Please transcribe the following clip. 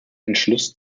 entschluss